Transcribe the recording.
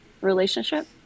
relationship